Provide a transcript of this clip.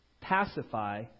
pacify